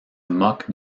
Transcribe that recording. moque